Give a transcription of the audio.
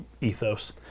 ethos